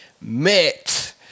met